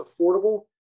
affordable